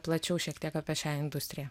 plačiau šiek tiek apie šią industriją